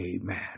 amen